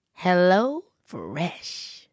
HelloFresh